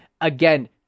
Again